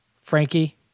Frankie